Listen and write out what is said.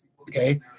Okay